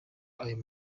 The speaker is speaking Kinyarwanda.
ayo